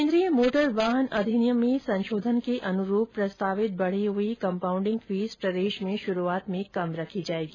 केन्द्रीय मोटर वाहन अधिनियम में संशोधन के अनुरूप प्रस्तावित बढ़ी हुई कम्पाउंडिंग फीस प्रदेश में शुरूआत में कम रखी जाएगी